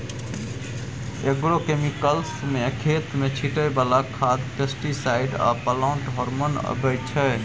agrochemicals मे खेत मे छीटय बला खाद, पेस्टीसाइड आ प्लांट हार्मोन अबै छै